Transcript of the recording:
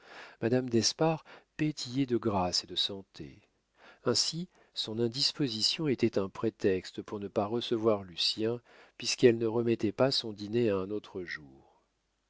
madame d'espard petillait de grâce et de santé ainsi son indisposition était un prétexte pour ne pas recevoir lucien puisqu'elle ne remettait pas son dîner à un autre jour